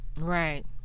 Right